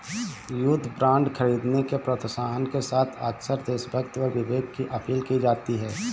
युद्ध बांड खरीदने के प्रोत्साहन के साथ अक्सर देशभक्ति और विवेक की अपील की जाती है